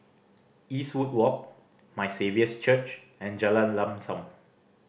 Eastwood Walk My Saviour's Church and Jalan Lam Sam